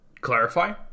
clarify